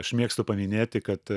aš mėgstu paminėti kad